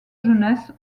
jeunesse